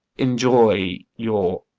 enjoy your